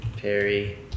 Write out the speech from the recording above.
Perry